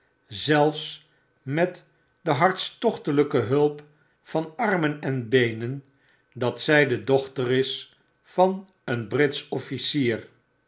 zelfs met de hartstochtelijke hulpvan armen en beenen dat zij de dochter is van een britsch officier